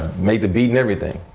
made the beat and everything.